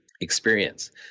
experience